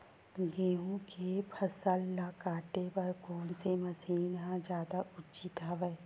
गेहूं के फसल ल काटे बर कोन से मशीन ह जादा उचित हवय?